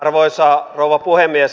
arvoisa rouva puhemies